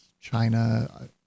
China